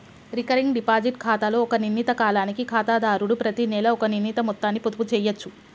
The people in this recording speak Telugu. రికరింగ్ డిపాజిట్ ఖాతాలో ఒక నిర్ణీత కాలానికి ఖాతాదారుడు ప్రతినెలా ఒక నిర్ణీత మొత్తాన్ని పొదుపు చేయచ్చు